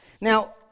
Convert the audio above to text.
Now